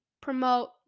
promote